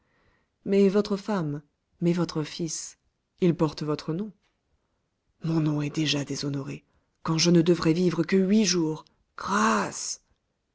mais votre femme mais votre fils ils portent votre nom mon nom est déjà déshonoré quand je ne devrais vivre que huit jours grâce